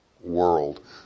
world